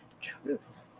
Truth